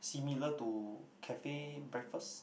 similar to cafe breakfast